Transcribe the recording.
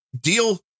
deal